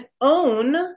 own